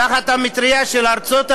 תחת המטרייה של ארצות הברית,